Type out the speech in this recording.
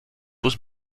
was